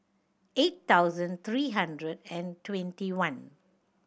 eight thousand three hundred and twenty one